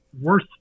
worse